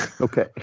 Okay